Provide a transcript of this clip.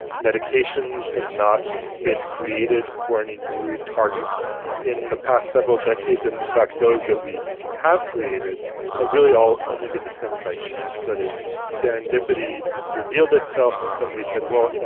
medications have not been created for any new targets in the past several decades, and in fact those that we have created have really all only been discovered by chance, that is serendipity revealed itself and somebody said, well, you know